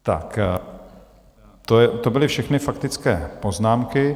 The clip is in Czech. Tak to byly všechny faktické poznámky.